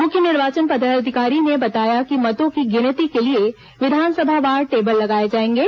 मुख्य निर्वाचन पदाधिकारी ने बताया कि मतों की गिनती के लिए विधानसभावार टेबल लगाए जाएंगे